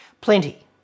Plenty